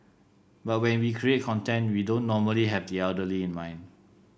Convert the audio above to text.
but when we create content we don't normally have the elderly in mind